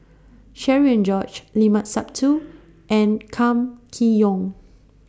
Cherian George Limat Sabtu and Kam Kee Yong